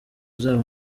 zabo